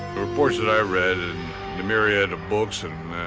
the reports that i read, and the myriad of books and